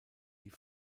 die